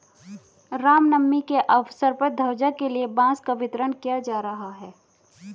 राम नवमी के अवसर पर ध्वजा के लिए बांस का वितरण किया जा रहा है